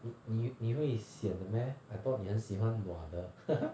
你你你会 sian 的 meh I thought 你很喜欢 nua 的